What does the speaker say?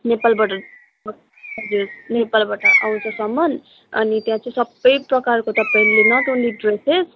नेपालबाट हजुर नेपालबाट आउँछ सामान अनि त्यहाँ चाहिँ सबै प्रकारको तपाईँले नट ओनली ड्रेसेस